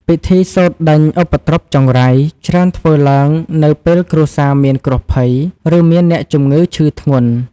ពិធីសូត្រដេញឧបទ្រពចង្រៃ ច្រើនធ្វើឡើងនៅពេលគ្រួសារមានគ្រោះភ័យ ឬមានអ្នកជំងឺឈឺធ្ងន់។